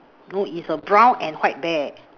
no is a brown and white bear